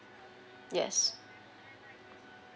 yes